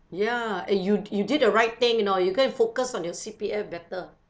ya eh you you did the right thing you know you go and focus on your C_P_F better